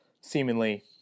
seemingly